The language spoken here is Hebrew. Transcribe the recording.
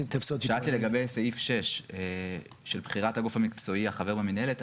שאלתי לגבי סעיף 6 של בחירת הגוף המקצועי החבר במינהלת.